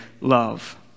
love